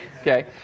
Okay